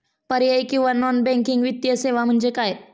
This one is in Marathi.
पर्यायी किंवा नॉन बँकिंग वित्तीय सेवा म्हणजे काय?